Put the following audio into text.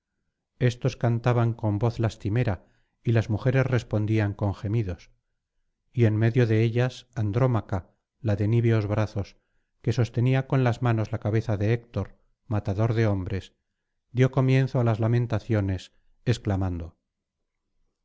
éstos cantaban con voz lastimera y las mujeres respondían con gemidos y en medio de ellas andrómaca la de niveos brazos que sostenía con las manos la cabeza de héctor matador de hombres dio comienzo á las lamentaciones exclamando